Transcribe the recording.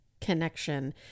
connection